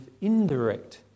indirect